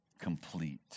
complete